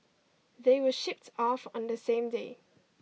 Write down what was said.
they were shipped off on the same day